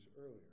earlier